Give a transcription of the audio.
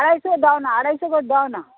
আড়াইশো দাও না আড়াইশো করে দাও না